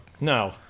No